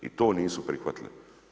I to nisu prihvatili.